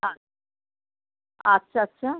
হ্যাঁ আচ্ছা আচ্ছা